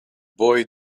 boy